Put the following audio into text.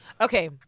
Okay